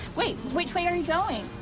wait. which way are you going?